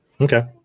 Okay